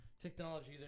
technology